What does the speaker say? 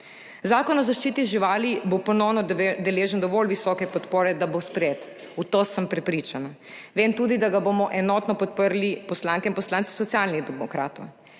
Zakon o zaščiti živali bo ponovno deležen dovolj visoke podpore, da bo sprejet, o tem sem prepričana. Vem tudi, da ga bomo enotno podprli poslanke in poslanci Socialnih demokratov.